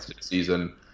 season